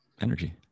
energy